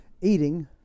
eating